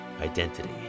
identity